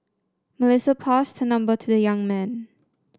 Melissa passed her number to the young man